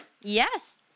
Yes